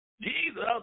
Jesus